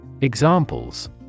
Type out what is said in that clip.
Examples